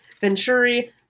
Venturi